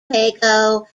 pago